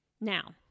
now